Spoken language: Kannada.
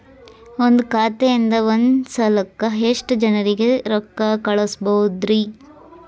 ಒಂದ್ ಖಾತೆಯಿಂದ, ಒಂದ್ ಸಲಕ್ಕ ಎಷ್ಟ ಜನರಿಗೆ ರೊಕ್ಕ ಕಳಸಬಹುದ್ರಿ?